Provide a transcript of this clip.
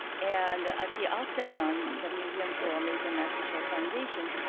and at the octagon, the museum for american national foundation,